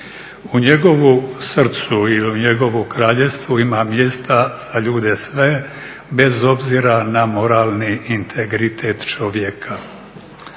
U njegovu srcu i u njegovu kraljevstvu ima mjesta za ljude sve bez obzira na moralni integritet čovjeka.